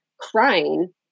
crying